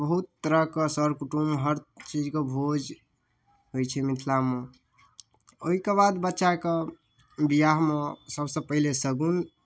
बहुत तरहके सर कुटुम्ब हर चीजके भोज होइ छै मिथिला मे ओहिके बाद बच्चाके विवाहमे सबसँ पहिले शगुन